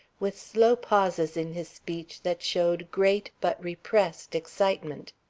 with slow pauses in his speech that showed great, but repressed, excitement.